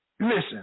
Listen